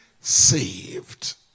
saved